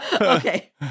okay